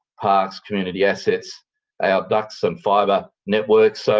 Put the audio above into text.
parks, community assets, ah our ducts and fibre networks.